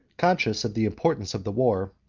conscious of the importance of the war,